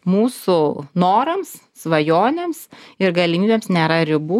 mūsų norams svajonėms ir galimybėms nėra ribų